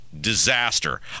disaster